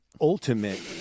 ultimate